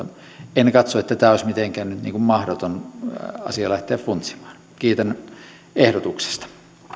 en katso että tätä olisi mitenkään mahdoton asia lähteä funtsimaan kiitän ehdotuksesta